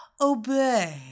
Obey